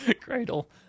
cradle